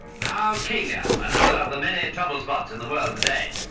now kenya, another of the many troublespots in the world today.